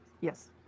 Yes